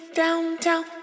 downtown